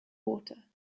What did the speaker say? water